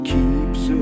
Keeps